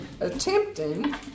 Attempting